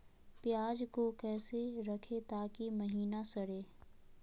प्याज को कैसे रखे ताकि महिना सड़े?